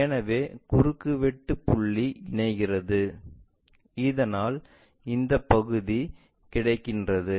எனவே குறுக்குவெட்டு புள்ளி இணைகிறது இதனால் இந்த பகுதி கிடைக்கின்றது